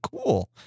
cool